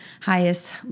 highest